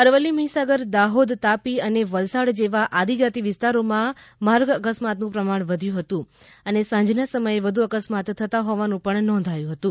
અરવલ્લી મહીસાગર દાહોદ તાપી અને વલસાડ જેવા આદિજાતિ વિસ્તારોમાં માર્ગ અકસ્માતનુ પ્રમાણ વધ્યુ હતું અને સાંજના સમયે વધુ અકસ્માત થતા હોવાનુ નોંધાયુ હતુ